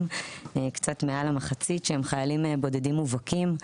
קצת מעל המחצית שהם חיילים בודדים מובהקים.